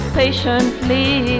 patiently